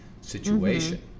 situation